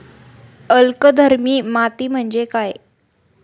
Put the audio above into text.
अल्कधर्मी माती म्हणजे काय?